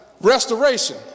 Restoration